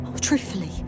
Truthfully